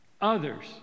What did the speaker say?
Others